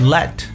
Let